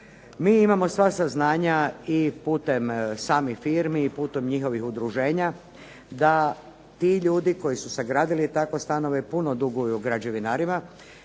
Mi imamo sva saznanja i putem samih firmi i putem njihovih udruženja da ti ljudi koji su sagradili takve stanove puno duguju građevinarima